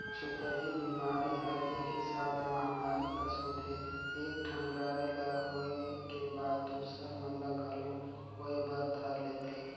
छूतही बेमारी हर एक हिसाब ले महामारी कस होथे एक ठन गाय ल होय के बाद दूसर मन ल घलोक होय बर धर लेथे